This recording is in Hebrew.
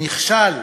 נכשל,